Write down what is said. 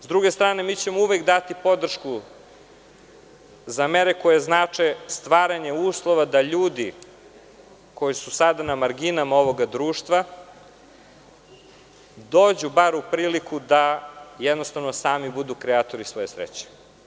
Sa druge strane mi ćemo uvek dati podršku za mere koje znače stvaranje uslova da ljudi koji su sada na marginama ovoga društva dođu bar u priliku da sami budu kreatori svoje sreće.